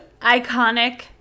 iconic